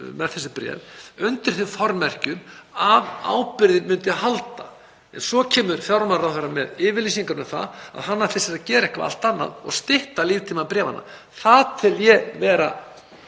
með þessi bréf undir þeim formerkjum að ábyrgðin myndi halda. En svo kemur fjármálaráðherra með yfirlýsingar um að hann ætli sér að gera eitthvað allt annað og stytta líftíma bréfanna. Það tel ég vera,